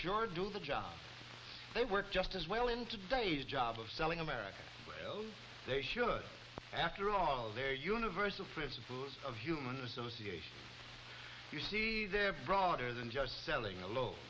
sure do the job they work just as well in today's job of selling america but they sure after all their universal principles of human are so see a broader than just selling a lo